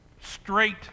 straight